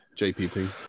JPP